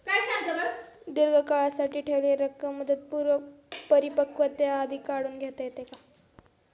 दीर्घ कालावधीसाठी ठेवलेली रक्कम मुदतपूर्व परिपक्वतेआधी काढून घेता येते का?